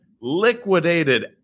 liquidated